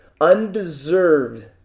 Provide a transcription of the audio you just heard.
Undeserved